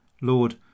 Lord